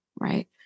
right